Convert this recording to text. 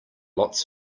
lots